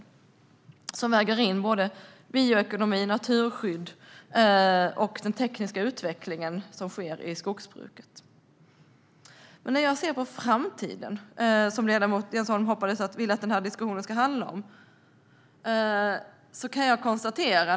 Denna skogspolitik ska väga in såväl bioekonomi och naturskydd som den tekniska utveckling som sker i skogsbruket. Ledamoten Jens Holm ville att denna diskussion skulle handla om framtiden.